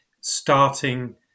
starting